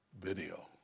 video